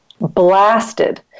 blasted